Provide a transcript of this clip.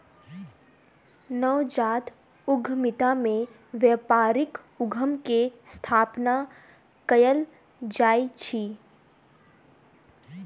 नवजात उद्यमिता में व्यापारिक उद्यम के स्थापना कयल जाइत अछि